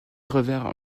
revinrent